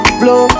blow